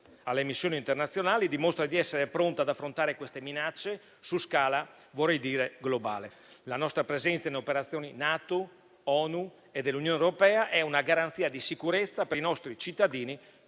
alle missioni internazionali, dimostra di essere pronta ad affrontare queste minacce su scala - vorrei dire - globale. La nostra presenza in operazioni NATO, ONU e dell'Unione europea è una garanzia di sicurezza per i nostri cittadini,